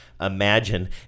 imagine